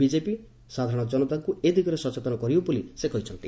BJP ସାଧାରଶ ଜନତାଙ୍କୁ ଏ ଦିଗରେ ସଚେତନ କରିବ ବୋଲି ସେ କହିଛନ୍ତି